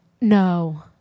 No